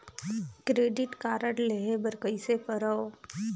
Credit card लेहे बर कइसे करव?